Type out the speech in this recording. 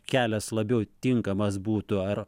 kelias labiau tinkamas būtų ar